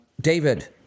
David